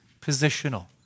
positional